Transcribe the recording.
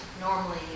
normally